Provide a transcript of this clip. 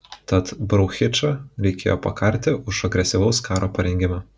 tad brauchičą reikėjo pakarti už agresyvaus karo parengimą